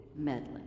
meddling